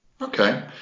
okay